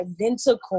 identical